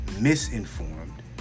misinformed